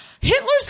Hitler's